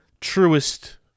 truest